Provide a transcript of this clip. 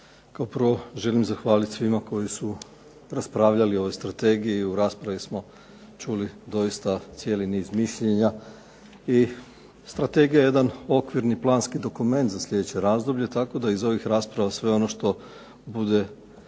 Kao prvo želim zahvaliti svima koji su raspravljali o strategiji i u raspravi smo čuli doista cijeli niz mišljenja. Strategija je jedan okvirni planski dokument za sljedeće razdoblje tako da iz ovih rasprava sve ono što bude